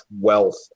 wealth